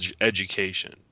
education